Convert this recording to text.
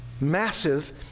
Massive